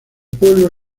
pueblo